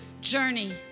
journey